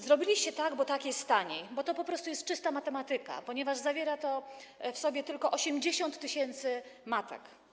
Zrobiliście tak, bo tak jest taniej - to po prostu jest czysta matematyka - ponieważ zawiera to w sobie tylko 80 tys. matek.